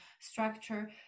structure